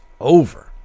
over